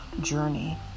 journey